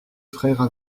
frères